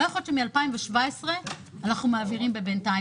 לא יכול להיות שמ-2017 אנחנו מעבירים ב"בינתיים".